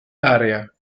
area